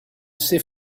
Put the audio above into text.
sait